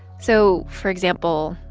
so, for example,